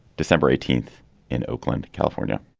december eighteenth in oakland, california.